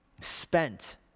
spent